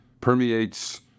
permeates